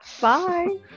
Bye